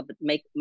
make